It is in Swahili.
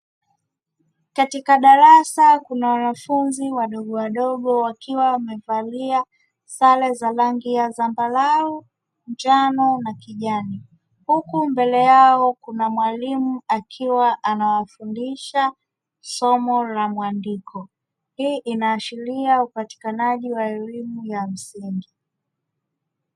Katika darasa kuna wanafunzi wadogowadogo wakiwa wamevalia sare za rangi ya, zambarau, njano na kijani, huku mbele yao kuna mwalimu akiwa anawafundisha somo la mwandiko. Hii inaashiria upatiokanaji wa elimu ya msingi.